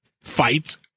fights